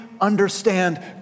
understand